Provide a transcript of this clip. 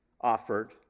offered